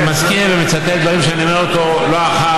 אני מזכיר ומצטט דברים שאני אומר לא אחת,